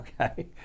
okay